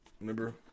remember